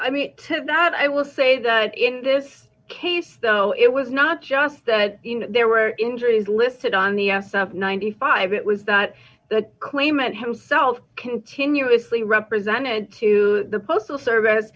i mean that i will say that in this case though it was not just that there were injuries listed on the s up ninety five it was that the claimant himself continuously represented to the postal service